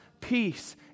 peace